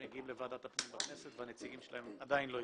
שמגיעים לוועדת הפנים בכנסת והנציגים שלהם עדיין לא הגיעו.